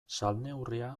salneurria